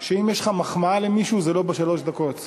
שאם יש לך מחמאה למישהו זה לא בשלוש הדקות.